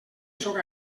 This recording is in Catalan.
sóc